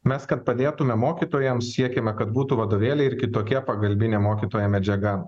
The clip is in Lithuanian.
mes kad padėtume mokytojams siekiame kad būtų vadovėliai ir kitokia pagalbinė mokytojam medžiaga